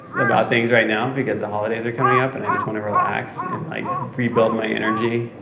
about things right now, because the holidays are coming up and i just want to relax and like ah rebuild my energy.